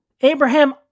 Abraham